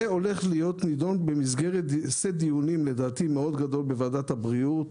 מתכוונים לדון בזה במסגרת סט דיונים גדול בוועדת הבריאות,